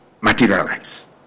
materialize